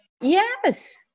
Yes